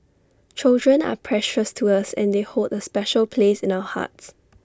children are precious to us and they hold A special place in our hearts